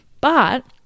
But-